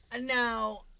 Now